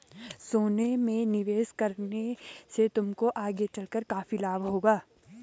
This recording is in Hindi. सोने में निवेश करने से तुमको आगे चलकर काफी लाभ होगा